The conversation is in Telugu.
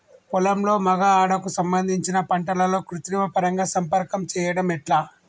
పొలంలో మగ ఆడ కు సంబంధించిన పంటలలో కృత్రిమ పరంగా సంపర్కం చెయ్యడం ఎట్ల?